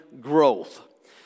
growth